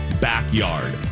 backyard